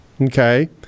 okay